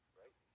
right